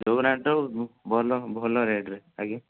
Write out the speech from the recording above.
ଦଉନାହାଁନ୍ତି ତ ଆଉ ଭଲ ଭଲ ରେଟ୍ ରେ ଆଜ୍ଞା